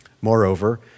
Moreover